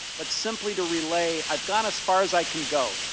but simply to relay i got as far as i can go.